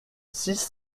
six